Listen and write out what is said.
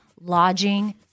lodging